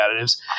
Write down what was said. additives